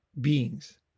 beings